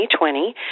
2020